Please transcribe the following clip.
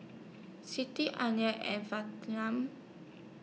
Siti and